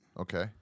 Okay